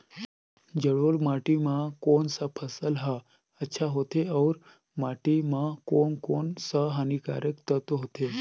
जलोढ़ माटी मां कोन सा फसल ह अच्छा होथे अउर माटी म कोन कोन स हानिकारक तत्व होथे?